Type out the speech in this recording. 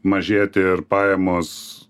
mažėti ir pajamos